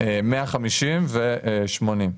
150 ו-80.